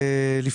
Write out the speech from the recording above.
בקשה.